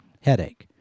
headache